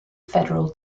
federal